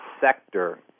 sector